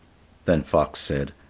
then fox said,